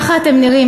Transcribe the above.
ככה אתם נראים,